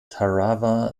tarawa